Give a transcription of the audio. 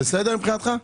זה בסדר מבחינתך?